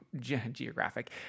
geographic